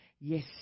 Yes